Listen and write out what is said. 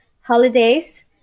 holidays